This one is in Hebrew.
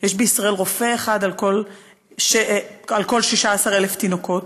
יש בישראל רופא אחד על כל 16,000 תינוקות,